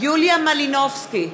יוליה מלינובסקי,